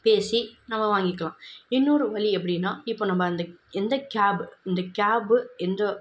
பேசி நம்ம வாங்கிக்கலாம் இன்னோரு வழி எப்படின்னா இப்போ நம்ம அந்த எந்த கேபு இந்த கேபு எந்த